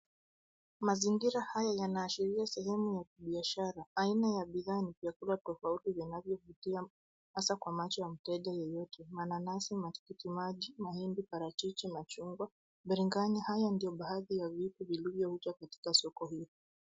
Mazingira haya yanaashiria sehemu ya biashara, aina ya bidhaa ni vyakula tofauti vinavyopitia hasa kwa macho ya mteja yeyote, mananasi, matikitimaji, mahindi, parachichi, machungwa, biringanya haya ndio baadhi ya vitu vilivyouzwa katika soko hili.